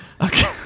Okay